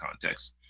context